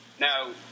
Now